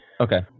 Okay